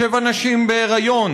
שבע נשים בהיריון,